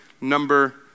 number